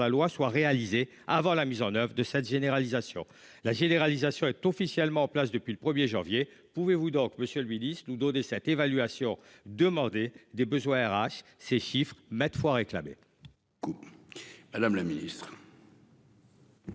loi, soit. Avant la mise en oeuvre de cette généralisation, la généralisation est officiellement en place depuis le 1er janvier. Pouvez-vous donc Monsieur le Ministre, nous donner cette évaluation demander des besoins RH, ces chiffres mettent fois réclamé.-- Madame la Ministre.--